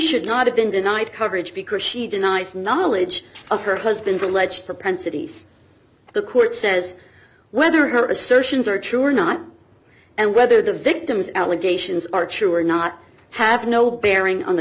should not have been denied coverage because she denies knowledge of her husband's alleged propensities the court says whether her assertions are true or not and whether the victim's allegations are true or not have no bearing on the